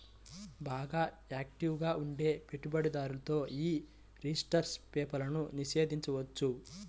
బాగా యాక్టివ్ గా ఉండే పెట్టుబడిదారులతో యీ రిజిస్టర్డ్ షేర్లను నిషేధించొచ్చు